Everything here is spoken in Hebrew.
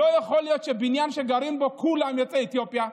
לא יכול להיות שבניין שכל מי שגרים בו יוצאי אתיופיה,